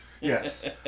Yes